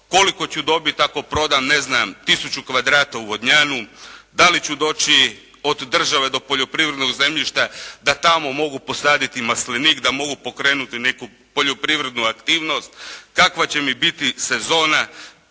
koliko ću dobiti ako prodam ne znam tisuću kvadrata u Vodnjanu, da li ću doći od države do poljoprivrednog zemljišta da tamo mogu posaditi maslinik, da mogu pokrenuti neku poljoprivrednu aktivnost, kakva će mi biti sezona,